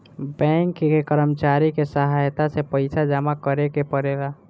bank के कर्मचारी के सहायता से पइसा जामा करेके पड़ेला